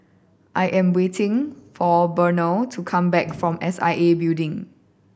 I am waiting for Burnell to come back from S I A Building